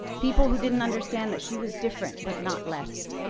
people who didn't understand that she was different but not less.